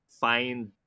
find